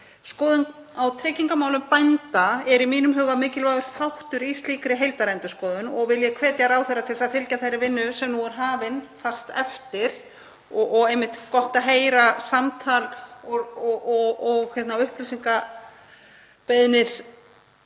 Skoðun á tryggingamálum bænda er í mínum huga mikilvægur þáttur í slíkri heildarendurskoðun og vil ég hvetja ráðherra til að fylgja þeirri vinnu sem nú er hafin fast eftir og er einmitt gott að heyra af samtali, upplýsingabeiðnum